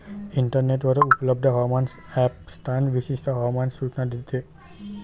इंटरनेटवर उपलब्ध हवामान ॲप स्थान विशिष्ट हवामान सूचना देते